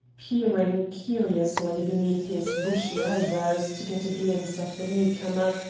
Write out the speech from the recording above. peering curiously beneath his bushy eyebrows to get a glimpse of the newcomer,